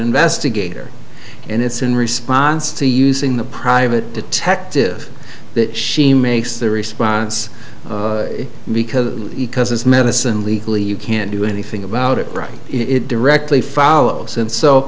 investigator and it's in response to using the private detective that she makes the response because medicine legally you can't do anything about it right it directly followed since so